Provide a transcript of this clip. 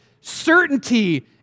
certainty